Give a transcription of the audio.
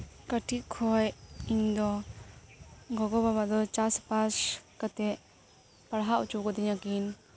ᱠᱟᱹᱴᱤᱡ ᱠᱷᱚᱱ ᱤᱧᱫᱚ ᱜᱚᱜᱚ ᱵᱟᱵᱟ ᱫᱚ ᱪᱟᱥᱵᱟᱥ ᱠᱟᱛᱮᱫ ᱯᱟᱲᱦᱟᱣ ᱦᱚᱪᱚ ᱟᱠᱟᱫᱤᱧᱟᱹ ᱠᱤᱱ